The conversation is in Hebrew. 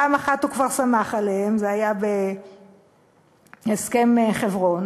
פעם אחת הוא כבר סמך עליהם, זה היה בהסכם חברון,